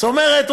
זאת אומרת,